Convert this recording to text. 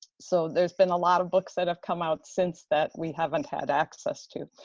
so there's been a lot of books that have come out since that we haven't had access to.